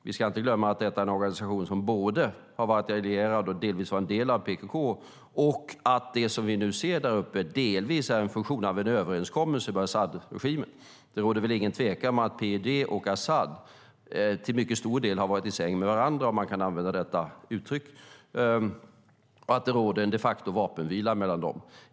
Vi ska inte glömma att det är en organisation som både varit allierad med och till viss del varit en del av PKK. Det vi nu ser är delvis en funktion av en överenskommelse med Asadregimen. Det är ingen tvekan om att PYD och Asad till stor del har varit i säng med varandra, om man kan använda det uttrycket, och de facto råder det vapenvila mellan dem.